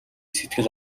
сэтгэл